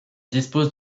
dispose